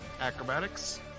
acrobatics